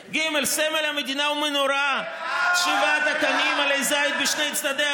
בארבע ממשלות, פעמיים שרת משפטים,